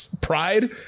pride